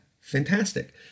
fantastic